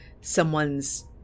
someone's